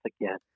again